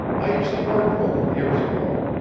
i used to work for him years ago.